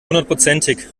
hundertprozentig